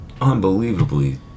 Unbelievably